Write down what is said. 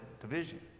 division